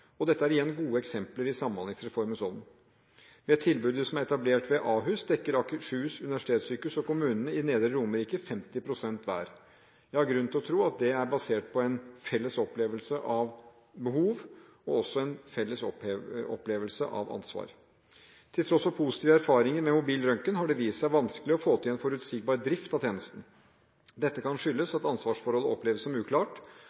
Dette er igjen gode eksempler i Samhandlingsreformens ånd. Ved tilbudet som er etablert ved Ahus, dekker Akershus universitetssykehus og kommunene i Nedre Romerike med 50 pst. hver. Det er grunn til å tro at det er basert på en felles opplevelse av behov og av ansvar. Til tross for positive erfaringer med mobil røntgen har det vist seg vanskelig å få til en forutsigbar drift av tjenesten. Dette kan skyldes at ansvarsforholdet oppleves som uklart,